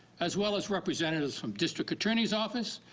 as well as representatives from district attorney's offices,